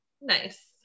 Nice